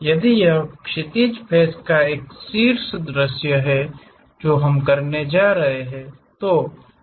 यदि यह क्षैतिज फ़ेस का एक शीर्ष दृश्य है जो हम करने जा रहे हैं